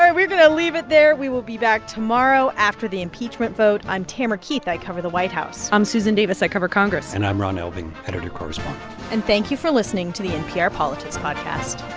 we're going to leave it there. we will be back tomorrow after the impeachment vote. i'm tamara keith. i cover the white house i'm susan davis. i cover congress and i'm ron elving, editor correspondent and thank you for listening to the npr politics podcast